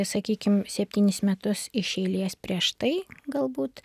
sakykim septynis metus iš eilės prieš tai galbūt